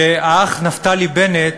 בתקציבי, שהאח נפתלי בנט